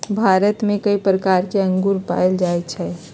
भारत में कई प्रकार के अंगूर पाएल जाई छई